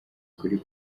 kuri